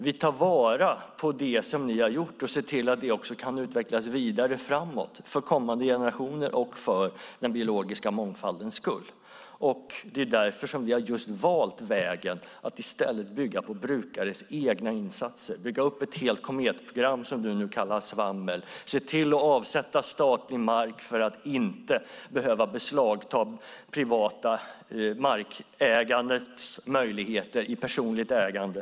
Vi tar vara på det ni har gjort och ser till att det kan utvecklas vidare, framåt, för kommande generationers och för den biologiska mångfaldens skull. Det är därför vi har valt att bygga på brukares egna insatser och bygga upp ett helt Kometprogram, som du nu kallar svammel, och se till att avsätta statlig mark för att inte behöva beslagta privata markägares möjligheter till personligt ägande.